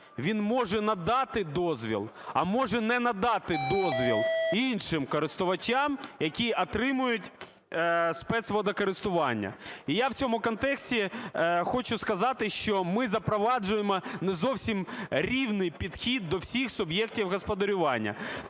він може надати дозвіл, а може не надати дозвіл іншим користувачам, які отримують спецводокористування. І я в цьому контексті хочу сказати, що ми запроваджуємо не зовсім рівний підхід до всіх суб'єктів господарювання.